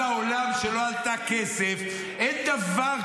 אבל כשאתה אומר "תחתית", תעמוד מאחורי זה.